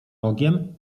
rogiem